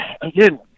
again